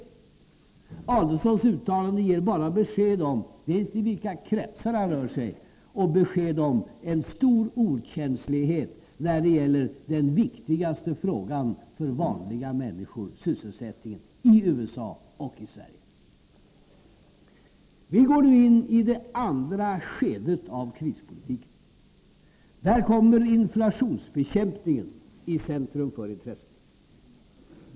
Ulf Adelsohns uttalande ger bara besked om i vilka kretsar han rör sig och besked om en stor okänslighet när det gäller den viktigaste frågan för vanliga människor — i USA och i Sverige — nämligen sysselsättningen. Vi går nu in i det andra skedet av krispolitiken. Där kommer inflationsbekämpningen i centrum för intresset.